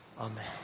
Amen